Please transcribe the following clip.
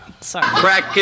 Sorry